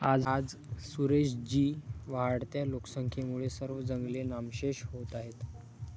आज सुरेश जी, वाढत्या लोकसंख्येमुळे सर्व जंगले नामशेष होत आहेत